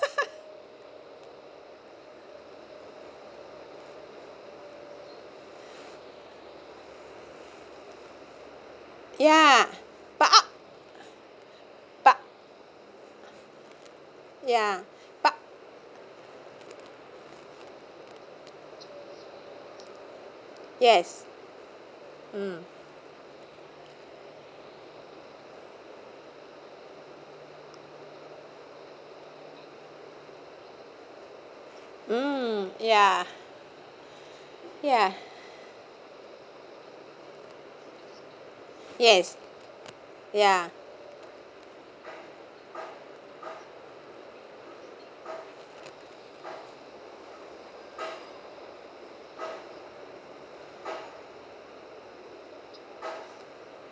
ya but uh but ya but yes mm mm ya yeah yes ya